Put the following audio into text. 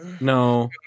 No